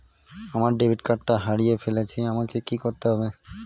আমার ডেবিট কার্ডটা হারিয়ে ফেলেছি আমাকে কি করতে হবে?